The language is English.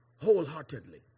wholeheartedly